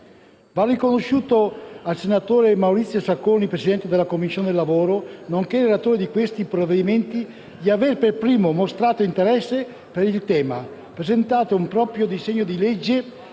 Va riconosciuto al senatore Sacconi, presidente della Commissione lavoro, nonché relatore di questi provvedimenti, di avere per primo mostrato interesse per il tema, presentando un proprio disegno di legge